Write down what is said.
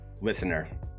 listener